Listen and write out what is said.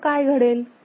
मग काय घडेल